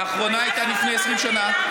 האחרונה הייתה לפני 20 שנה.